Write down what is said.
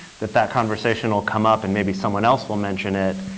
that that conversation will come up. and maybe someone else will mention it.